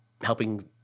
helping